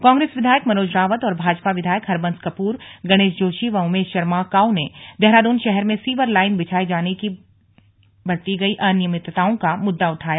कांग्रेस विधायक मनोज रावत और भाजपा विधायक हरबंस कपूर गणेश जोशी व उमेश शर्मा काऊ ने देहरादून शहर में सीवर लाइन बिछाए जाने में बरती गईं अनियमितताओं का मुद्दा उठाया